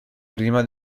prima